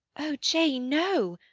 oh, jane, no.